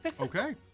Okay